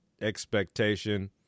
expectation